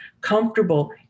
comfortable